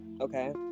Okay